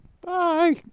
Bye